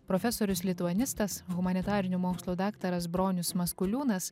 profesorius lituanistas humanitarinių mokslų daktaras bronius maskuliūnas